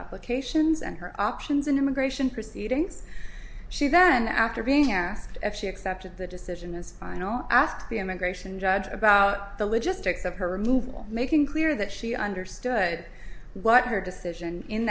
applications and her options in immigration proceedings she then after being asked if she accepted the decision is final ask the immigration judge about the logistics of her removal making clear that she understood what her decision in